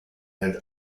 and